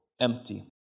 empty